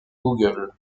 google